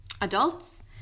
adults